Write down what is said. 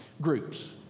groups